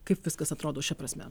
kaip viskas atrodo šia prasme